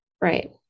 right